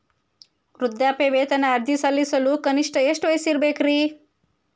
ವೃದ್ಧಾಪ್ಯವೇತನ ಅರ್ಜಿ ಸಲ್ಲಿಸಲು ಕನಿಷ್ಟ ಎಷ್ಟು ವಯಸ್ಸಿರಬೇಕ್ರಿ?